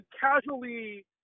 casually